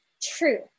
true